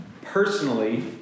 personally